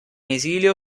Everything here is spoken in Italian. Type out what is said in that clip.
esilio